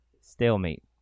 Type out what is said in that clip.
stalemate